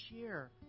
share